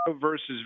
versus